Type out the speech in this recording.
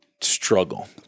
struggle